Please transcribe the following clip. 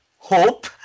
hope